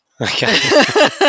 Okay